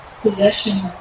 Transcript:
possession